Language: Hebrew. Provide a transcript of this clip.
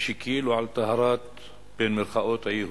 שכאילו הוא "על טהרת" היהודים.